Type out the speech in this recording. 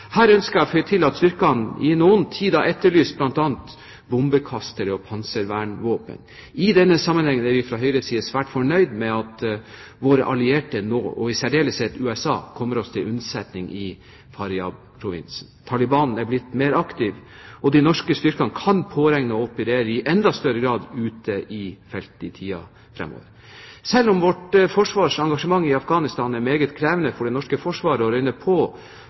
Her ønsker jeg å tilføye at styrkene i noen tid har etterlyst bl.a. bombekastere og panservernvåpen. I denne sammenhengen er vi fra Høyres side svært fornøyd med at våre allierte, og nå i særdeleshet USA, kommer oss til unnsetning i Faryab-provinsen. Taliban er blitt mer aktiv, og de norske styrkene kan påregne å operere i enda større grad ute i felten i tiden fremover. Selv om vårt engasjement i Afghanistan er meget krevende for det norske forsvaret og det røyner på